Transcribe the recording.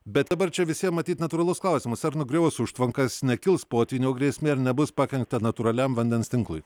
bet dabar čia visiem matyt natūralus klausimas ar nugriovus užtvankas nekils potvynio grėsmė ar nebus pakenkta natūraliam vandens tinklui